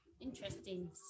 interesting